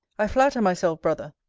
i flatter myself, brother,